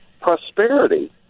prosperity